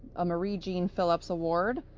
a marie jean philip's award,